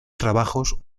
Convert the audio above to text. trabajos